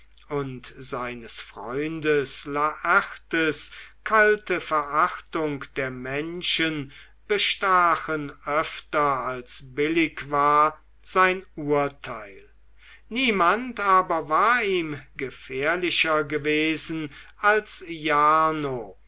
und seines freundes laertes kalte verachtung der menschen bestachen öfter als billig war sein urteil niemand aber war ihm gefährlicher gewesen als jarno